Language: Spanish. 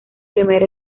primer